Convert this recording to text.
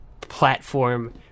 platform